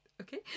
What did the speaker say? okay